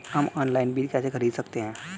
हम ऑनलाइन बीज कैसे खरीद सकते हैं?